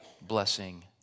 blessing